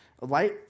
light